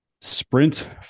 sprint